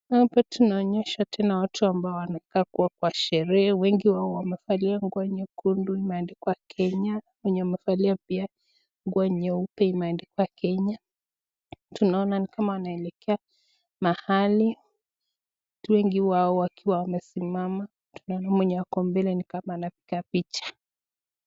Hapa tunaonyeshwa watu wanaokaa kuwa kwa sherehe wengi wao wamevalia nguo nyekundu imeandikwa kenya kuna wenye wamevalia pia nguo nyeupe imeandikwa kenya tunaona ni kama wanaelekea mahali ,wengi wao wakiwa wamesimama tunaona mwenye ako mbele ni kama anapiga picha.